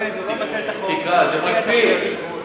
אדוני השר,